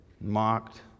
mocked